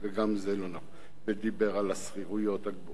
ודיבר על השכירויות הגבוהות,